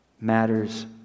matters